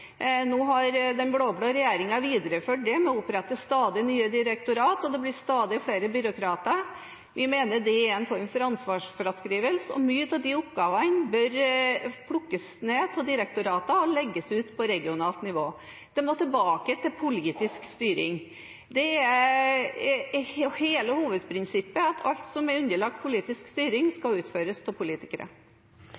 Nå har den blå-blå regjeringen videreført det med å opprette stadig nye direktorater, og det blir stadig flere byråkrater. Vi mener det er en form for ansvarsfraskrivelse. Mange av de oppgavene bør plukkes ned av direktoratene og legges ut på regionalt nivå. Det må tilbake til politisk styring. Det er hele hovedprinsippet: Alt som er underlagt politisk styring, skal utføres av politikere.